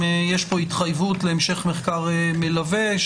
אם יש פה התחייבות להמשך מחקר מלווה,